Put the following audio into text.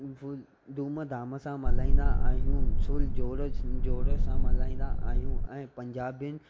full डूम दाम सां मल्हाइंदा आहियूं फुल जोर जोर सां मल्हाइंदा आहियूं ऐं पंजाबीनि